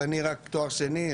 ואני רק תואר שני,